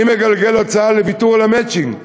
אני מגלגל הצעה לוויתור על המצ'ינג.